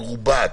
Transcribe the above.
מסתדר.